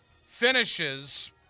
finishes